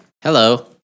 Hello